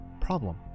problem